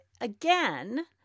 again